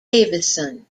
davison